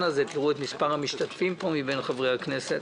הזה תראו את מספר המשתתפים פה מבין חברי הכנסת.